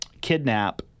kidnap